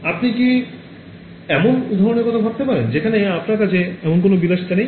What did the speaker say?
আপনি কি এমন উদাহরণের কথা ভাবতে পারেন যেখানে আপনার কাছে এমন বিলাসিতা নেই